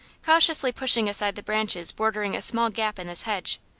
cautiously pushing aside the branches bordering a small gap in this hedge,